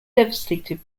devastated